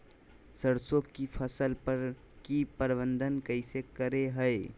सरसों की फसल पर की प्रबंधन कैसे करें हैय?